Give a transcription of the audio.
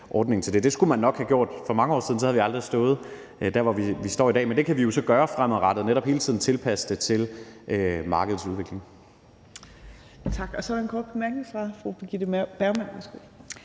ordningen til det. Det skulle man nok have gjort for mange år siden, for så havde vi aldrig stået der, hvor vi står i dag. Men det kan vi jo så gøre fremadrettet, altså netop hele tiden at tilpasse det til markedets udvikling. Kl. 15:01 Tredje næstformand (Trine Torp):